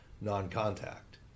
non-contact